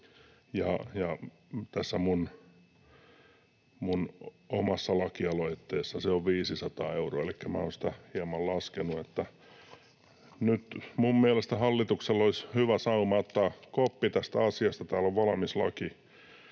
minun omassa lakialoitteessani se on 500 euroa, elikkä minä olen sitä hieman laskenut. Että nyt minun mielestäni hallituksella olisi hyvä sauma ottaa koppi tästä asiasta. Täällä on valmis laki